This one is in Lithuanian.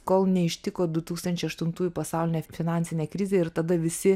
kol neištiko du tūkstančiai aštuntųjų pasaulinė finansinė krizė ir tada visi